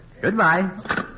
Goodbye